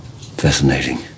fascinating